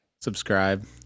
subscribe